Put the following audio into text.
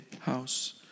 house